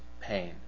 pain